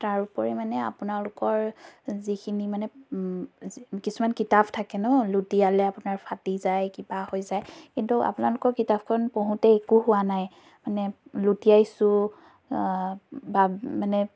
তাৰ উপৰি মানে আপোনালোকৰ যিখিনি মানে যি কিছুমান কিতাপ থাকে ন লুটিয়ালে আপোনাৰ ফাটি যায় কিবা হৈ যায় কিন্তু আপোনালোকৰ কিতাপখন পঢ়োঁতে একো হোৱা নাই মানে লুটিয়াইছোঁ বা মানে